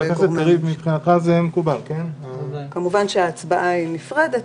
ההצבעה כמובן תהיה נפרדת.